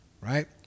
Right